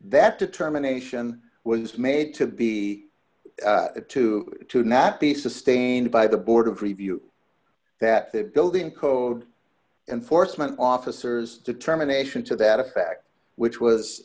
that determination was made to be to to not be sustained by the board of review that the building code enforcement officers determination to that effect which was